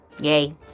yay